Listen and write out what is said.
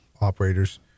operators